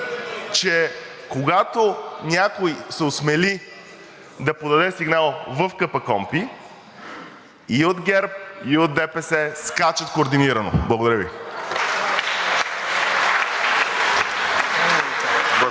че когато някой се осмели да подаде сигнал в КПКОНПИ, и от ГЕРБ, и от ДПС скачат координирано. Благодаря Ви. (Ръкопляскания